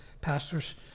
pastors